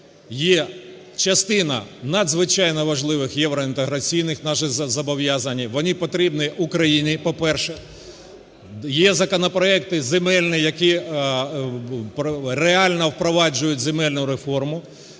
є частина надзвичайно важливих євроінтеграційних наших зобов'язань. Вони потрібні Україні, по-перше. Є законопроекти земельні, які реально впроваджують земельну реформу.